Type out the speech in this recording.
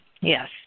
Yes